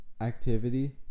activity